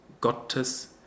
Gottes